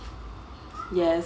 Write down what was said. yes